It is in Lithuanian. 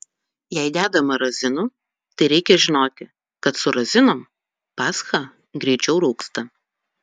jei dedama razinų tai reikia žinoti kad su razinom pascha greičiau rūgsta